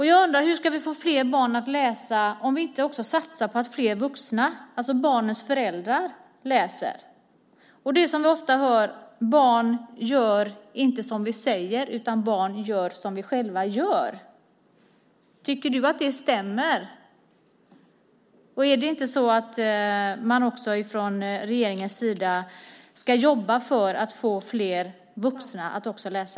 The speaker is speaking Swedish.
Jag undrar hur vi ska få fler barn att läsa om vi inte också satsar på att fler vuxna, alltså barnens föräldrar, ska läsa. Vi hör ofta att barn inte gör som vi säger utan som vi gör. Tycker du att det stämmer? Är det inte så att man också i regeringen ska jobba för att få fler vuxna att läsa?